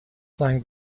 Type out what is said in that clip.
زنگ